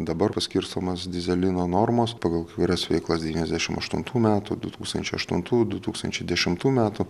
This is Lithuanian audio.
dabar paskirstomos dyzelino normos pagal įvairias veiklos devyniasdešimt aštuntų metų du tūkstančiai aštuntų du tūkstančiai dešimtų metų